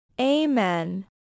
Amen